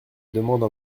demande